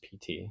PT